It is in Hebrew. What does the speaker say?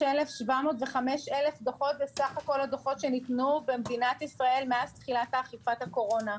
666,705 דוחות ניתנו בסך הכול במדינת ישראל מאז תחילת אכיפת הקורונה.